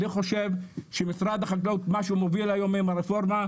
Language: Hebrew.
אני חושב שמשרד החקלאות מה שמוביל היום עם הרפורמה,